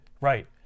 Right